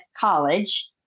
college